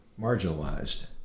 marginalized